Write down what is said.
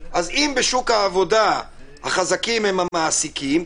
אז אם בשוק העבודה החזקים הם המעסיקים,